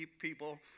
people